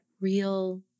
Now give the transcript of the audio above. real